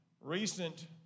recent